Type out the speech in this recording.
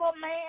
man